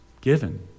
given